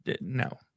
No